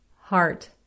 Heart